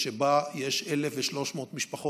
שבה יש 1,300 משפחות,